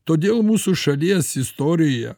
todėl mūsų šalies istorijoje